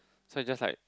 so I just like